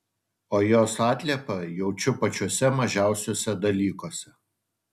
o jos atliepą jaučiu pačiuose mažiausiuose dalykuose